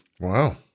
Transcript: Wow